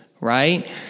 right